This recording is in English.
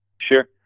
Sure